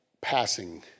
passing